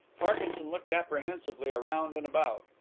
parkinson looked apprehensively around and about.